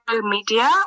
media